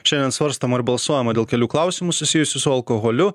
šiandien svarstoma ar balsuojama dėl kelių klausimų susijusių su alkoholiu